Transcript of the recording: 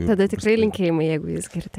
tada tikrai linkėjimai jeigu jus girdi